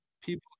people